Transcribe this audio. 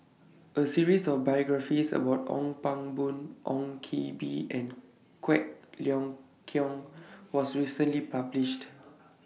A series of biographies about Ong Pang Boon Ong Koh Bee and Quek Ling Kiong was recently published